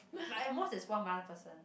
like at most is one other person